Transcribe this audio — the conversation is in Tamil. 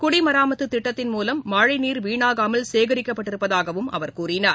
குடிமராமத்திட்டத்தின் மூலம் மழழநீர் வீணாகாமல் சேகரிக்கப்பட்டிருப்பதாகவும் அவர் கூறினார்